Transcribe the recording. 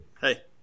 Hey